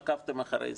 עקבתם אחרי זה,